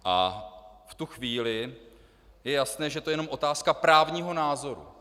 V tu chvíli je jasné, že to je jenom otázka právního názoru.